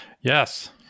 Yes